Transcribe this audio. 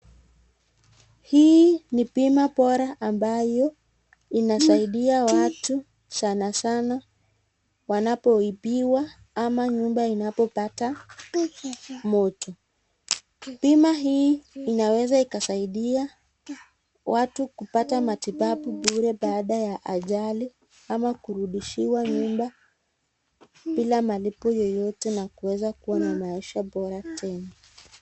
Hii ni pima bora ambayo inasaidia watu sana sana wanapoibiwa ama nyumba inapopata moto, Pima hii inaweza ikasaidia watu kupata matibabu bure baada ya ajali ama kurudishiwa nyumba bila malipo yoyote na kuweza kuwa na maisha bora tena.